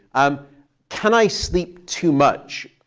um can i sleep too much?